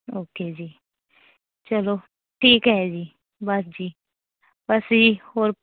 okay ਜੀ ਚਲੋ ਠੀਕ ਹੈ ਜੀ ਬਸ ਜੀ ਬਸ ਜੀ ਹੋਰ